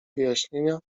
wyjaśnienia